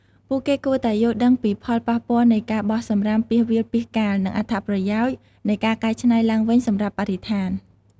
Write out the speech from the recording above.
ពួកគេគួរតែយល់ដឹងពីផលប៉ះពាល់នៃការបោះសំរាមពាសវាលពាសកាល និងអត្ថប្រយោជន៍នៃការកែច្នៃឡើងវិញសម្រាប់បរិស្ថាន។